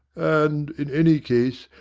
and, in any case,